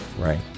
right